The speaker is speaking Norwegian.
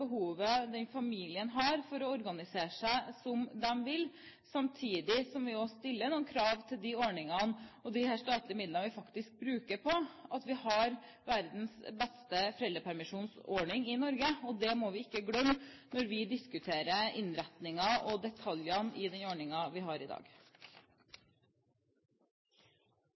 behovet den enkelte familien har for å organisere seg som den vil, samtidig som vi stiller krav til de ordningene og de statlige midlene vi faktisk bruker på at vi har verdens beste foreldrepermisjonsordning i Norge. Det må vi ikke glemme når vi diskuterer innretningen og detaljene i den ordningen vi har i dag.